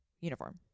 uniform